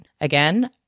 Again